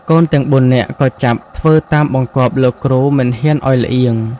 កូនទាំង ៤ នាក់ក៏ចាប់ធ្វើតាមបង្គាប់លោកគ្រូមិនហ៊ានឱ្យល្អៀង ។